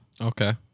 Okay